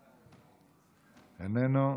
איננו.